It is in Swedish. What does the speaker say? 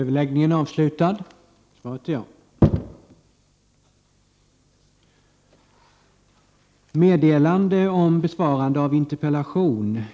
Herr talman!